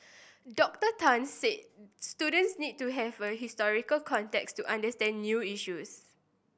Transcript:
Doctor Tan said students need to have the historical context to understand new issues